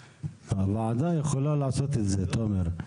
הוועדה יכולה לעשות את זה, תומר.